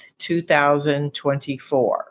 2024